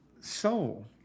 soul